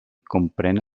comprèn